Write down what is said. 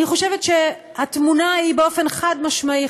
אני חושבת שהתמונה היא באופן חד-משמעי,